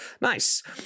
Nice